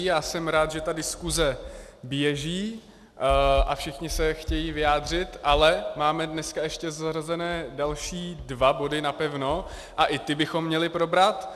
Já jsem rád, že ta diskuse běží a všichni se chtějí vyjádřit, ale máme dneska ještě zařazené další dva body napevno a i ty bychom měli probrat.